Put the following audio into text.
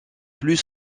plus